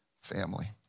family